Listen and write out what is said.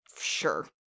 Sure